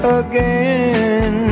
again